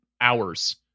hours